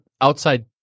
outside